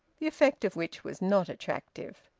the effect of which was not attractive.